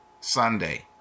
Sunday